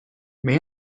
may